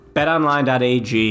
BetOnline.ag